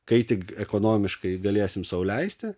kai tik ekonomiškai galėsim sau leisti